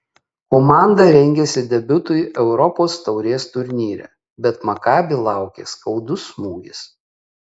komanda rengėsi debiutui europos taurės turnyre bet makabi laukė skaudus smūgis